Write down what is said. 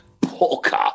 poker